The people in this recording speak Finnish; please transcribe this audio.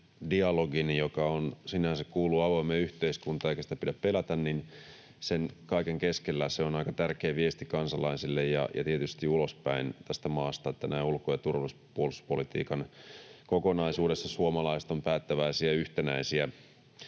dialogin — joka sinänsä kuuluu avoimeen yhteiskuntaan, eikä sitä pidä pelätä — keskellä aika tärkeä viesti kansalaisille ja tietysti ulospäin tästä maasta, että ulko-, turvallisuus- ja puolustuspolitiikan kokonaisuudessa suomalaiset ovat päättäväisiä ja yhtenäisiä,